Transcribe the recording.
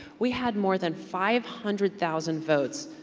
we had more than five hundred thousand votes.